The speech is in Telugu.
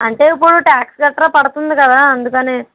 అంటే ఇప్పుడు ట్యాక్స్ గట్రా పడుతుంది కదా అందుకనే